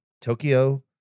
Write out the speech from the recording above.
Tokyo